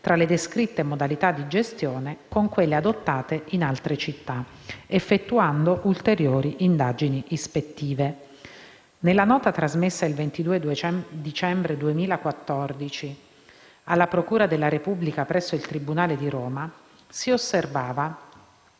tra le descritte modalità di gestione con quelle adottate in altre città, effettuando ulteriori indagini ispettive. Nella nota trasmessa il 22 dicembre 2014 alla procura della Repubblica presso il tribunale di Roma, si osservava